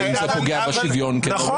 האם זה פוגע בשוויון --- נכון,